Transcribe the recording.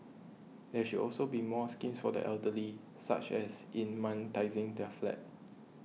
there should also be more schemes for the elderly such as in monetising their flat